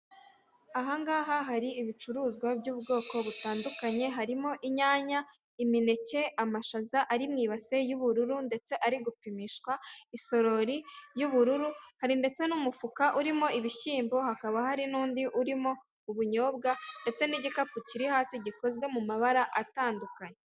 Ihangaha hari ibicuruzwa by'ubwoko butandukanye, harimo inyanya, imineke, amashaza ari mu ibase y'ubururu ndetse ari gupimishwa isorori y'ubururu, hari ndetse n'umufuka urimo ibishyimbo, hakaba hari n'undi urimo ubunyobwa, ndetse n'igikapu kiri hasi gikozwe mu mabara atandukanye.